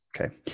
okay